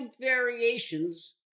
variations